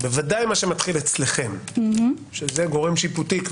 - ודאי מה שמתחיל אצלכם שזה גורם שיפוטי כבר,